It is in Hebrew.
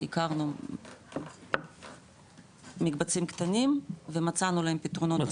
שהיכרנו מקבצים קטנים ומצאנו להם פתרונות,